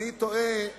ואני תוהה,